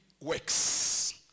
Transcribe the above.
works